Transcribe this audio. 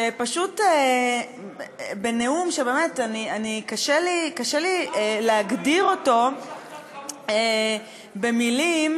שפשוט, נאום שקשה לי להגדיר אותו במילים,